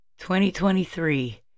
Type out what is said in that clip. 2023